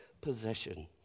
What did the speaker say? possession